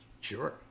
Sure